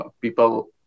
people